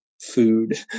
food